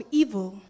evil